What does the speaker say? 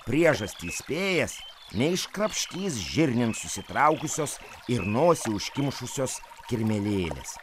priežastį įspėjęs neiškrapštys žirniam susitraukusios ir nosį užkimšusios kirmėlėlės